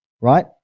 right